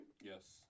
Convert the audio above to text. Yes